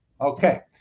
Okay